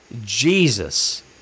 Jesus